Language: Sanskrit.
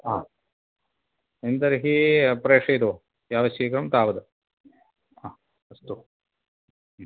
एवं तर्हि प्रेषयतु यावत् शीघ्रं तावत् अस्तु